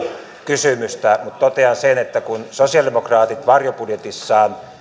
kysymystä mutta totean sen että kun sosialidemokraatit varjobudjetissaan